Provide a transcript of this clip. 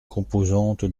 composante